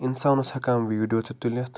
اِنسان اوس ہٮ۪کان وِیٖڈیو تہِ تُلِتھ